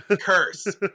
Curse